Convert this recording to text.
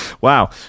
Wow